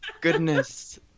goodness